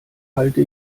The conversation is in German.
halte